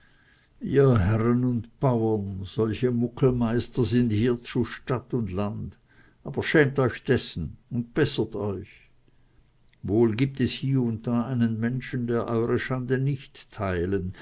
ihr herren und bauern solche muckelmeister sind zu stadt und land aber schämt euch dessen und bessert euch wohl gibt es hie und da einen menschen der eure schande nicht teilen